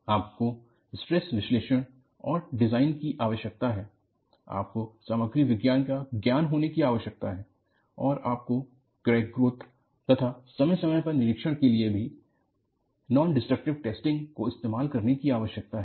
आपको स्ट्रेस विश्लेषण और डिज़ाइन की आवश्यकता है आपको सामग्री विज्ञान का ज्ञान होने की आवश्यकता है और आपको क्रैक ग्रोथ तथा समय समय पर निरीक्षण के लिए भी नॉन डिस्ट्रक्टिव टेस्टिंग को इस्तेमाल करने की आवश्यकता है